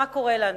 מה קורה לנו?